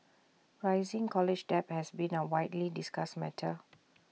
rising college debt has been A widely discussed matter